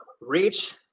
reach